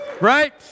Right